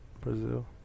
Brazil